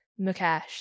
Mukesh